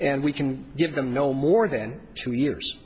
and we can give them no more than two years